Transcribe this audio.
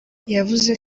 yavuze